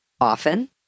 often